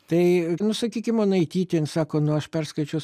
tai nu sakykim onaitytė jin sako nu aš perskaičius